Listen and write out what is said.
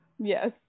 Yes